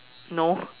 no